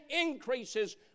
increases